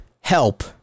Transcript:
help